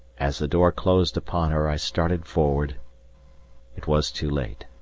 as the door closed upon her, i started forward it was too late.